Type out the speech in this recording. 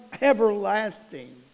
everlasting